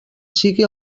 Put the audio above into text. sigui